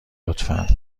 لطفا